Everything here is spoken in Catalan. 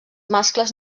mascles